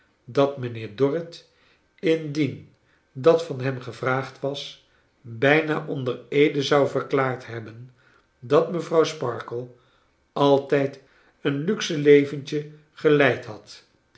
dat mijnheer dorrit indien dat van hem gevraagd was bijna onder eede zou verklaard hebben dat mevrouw sparkler altijd een luxeleventje geleid had